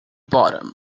bottom